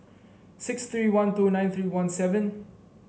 six three one two nine three one seven